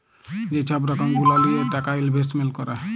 যে ছব রকম গুলা লিঁয়ে টাকা ইলভেস্টমেল্ট ক্যরে